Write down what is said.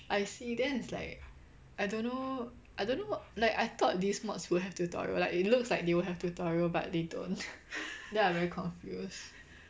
I see then it's like I don't know I don't know wha~ like I thought this mods would have tutorial like it looks like they will have tutorial but they don't then I very confused